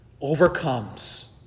overcomes